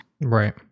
Right